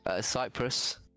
Cyprus